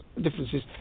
differences